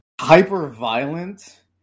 hyper-violent